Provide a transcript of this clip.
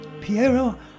Piero